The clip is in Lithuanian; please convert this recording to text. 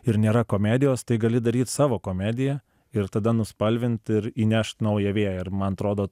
ir nėra komedijos tai gali daryt savo komediją ir tada nuspalvint ir įnešt naują vėją ir man atrodo